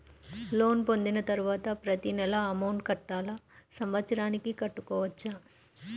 Loan పొందిన తరువాత ప్రతి నెల అమౌంట్ కట్టాలా? సంవత్సరానికి కట్టుకోవచ్చా?